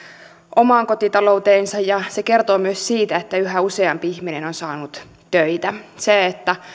omaan kotitalouteensa se kertoo myös siitä että yhä useampi ihminen on saanut töitä se että